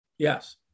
Yes